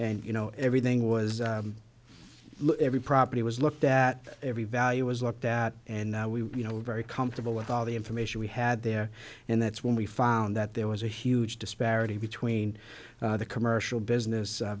and you know everything was every property was looked at every value was looked at and we you know very comfortable with all the information we had there and that's when we found that there was a huge disparity between the commercial business